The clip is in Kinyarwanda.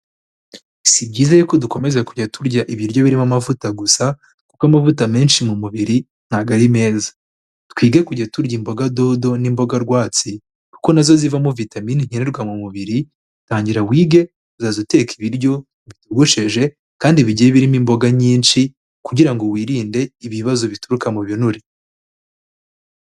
Si byiza y'uko dukomeza kujya turya ibiryo birimo amavuta gusa kuko amavuta menshi mu mubiri ntago ari meza. Twige kujya turya imboga dodo n'imbogarwatsi kuko na zo zivamo vitamini nkenerwa mu mubiri, tangira wige, uzaze uteka ibiryo bitogosheje kandi bigiye birimo imboga nyinshi kugira ngo wirinde ibibazo bituruka mu binure.